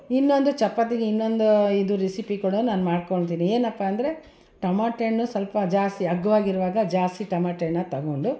ಇನ್ನೊಂದು ಚಪಾತಿಗೆ ಇನ್ನೊಂದು ಇದು ರೆಸಿಪಿ ಕೂಡ ನಾನು ಮಾಡ್ಕೊಳ್ತೀನಿ ಏನಪ್ಪಾ ಅಂದರೆ ಟೊಮಟ್ಯೆ ಹಣ್ಣು ಸ್ವಲ್ಪ ಜಾಸ್ತಿ ಅಗ್ಗವಾಗಿರುವಾಗ ಜಾಸ್ತಿ ಟೊಮಟೆ ಹಣ್ನ ತಗೊಂಡು